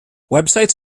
websites